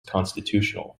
constitutional